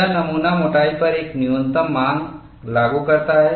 यह नमूना मोटाई पर एक न्यूनतम मांग लागू करता है